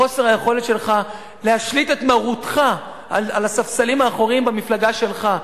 מחוסר היכולת שלך להשליט את מרותך על הספסלים האחוריים במפלגה שלך.